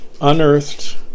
unearthed